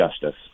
justice